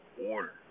order